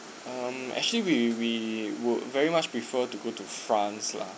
um actually we we would very much prefer to go to france lah